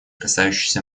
касающейся